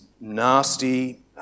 nasty